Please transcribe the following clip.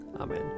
amen